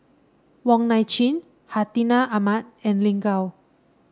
Wong Nai Chin Hartinah Ahmad and Lin Gao